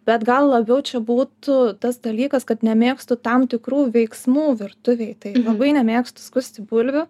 bet gal labiau čia būtų tas dalykas kad nemėgstu tam tikrų veiksmų virtuvėj tai labai nemėgstu skusti bulvių